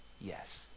Yes